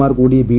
മാർ കൂടി ബി